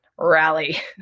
Rally